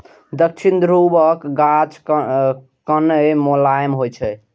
दक्षिणी ध्रुवक गाछ कने मोलायम होइ छै